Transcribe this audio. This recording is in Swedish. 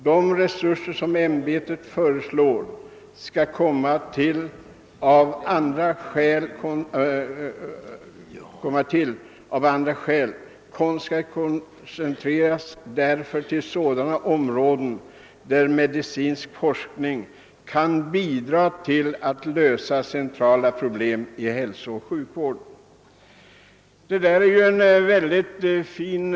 De resurser som ämbetet föreslår skall komma till av andra skäl koncentreras därför till sådana områden där medicinsk forskning kan bidra till att lösa centrala problem i hälsooch sjukvården.» Detta är ju mycket fint sagt.